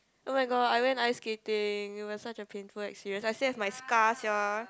oh my god I went ice skating it was such a painful experience I still have my scar sia